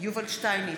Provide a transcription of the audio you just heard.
יובל שטייניץ,